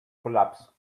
collapse